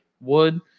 wood